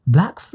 Black